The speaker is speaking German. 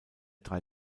drei